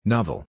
Novel